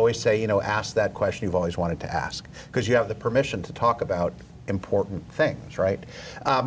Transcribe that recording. always say you know ask that question you've always wanted to ask because you have the permission to talk about important things right